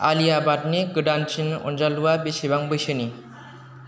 आलिया भाटनि गोदानसिन अनजालुआ बेसेबां बैसोनि